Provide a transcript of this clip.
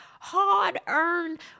hard-earned